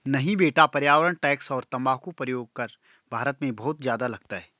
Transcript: नहीं बेटा पर्यावरण टैक्स और तंबाकू प्रयोग कर भारत में बहुत ज्यादा लगता है